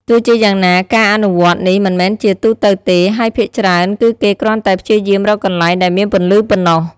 ទោះជាយ៉ាងណា ការអនុវត្តនេះមិនមែនជាទូទៅទេ ហើយភាគច្រើនគឺគេគ្រាន់តែព្យាយាមរកកន្លែងដែលមានពន្លឺប៉ុណ្ណោះ ។